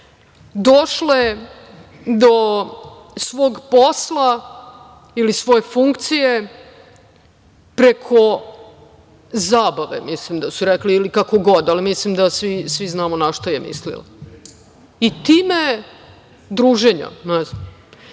došle do svog posla, ili svoje funkcije, preko zabave, mislim da su rekli, ili kako god, ali svi znamo na šta je mislila, druženja, ne znam.